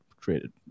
created